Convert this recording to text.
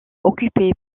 occupés